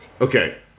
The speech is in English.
Okay